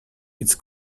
its